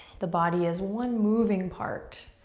the body is one moving part,